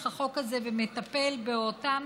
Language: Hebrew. החוק הזה לוקח ומטפל באותם